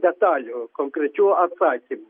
detalių konkrečių atsakymų